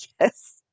yes